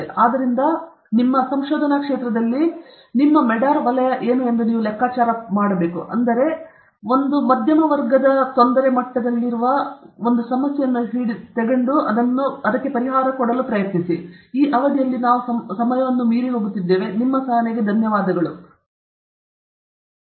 ಆದ್ದರಿಂದ ನಿಮ್ಮ ಸಂಶೋಧನಾ ಕ್ಷೇತ್ರದಲ್ಲಿ ನಿಮ್ಮ ಮೆಡಾರ್ ವಲಯ ಏನು ಎಂದು ನೀವು ಲೆಕ್ಕಾಚಾರ ಮಾಡಬೇಕು